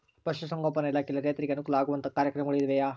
ಪಶುಸಂಗೋಪನಾ ಇಲಾಖೆಯಲ್ಲಿ ರೈತರಿಗೆ ಅನುಕೂಲ ಆಗುವಂತಹ ಕಾರ್ಯಕ್ರಮಗಳು ಇವೆಯಾ?